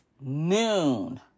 noon